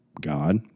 God